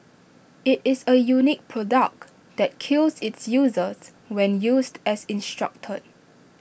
IT is A unique product that kills its users when used as instructed